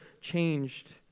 changed